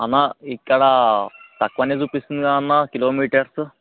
అన్న ఇక్కడ తక్కువ చూపిస్తోంది కదన్న కిలోమీటర్సు